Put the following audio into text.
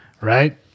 right